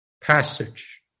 passage